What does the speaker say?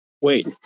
wait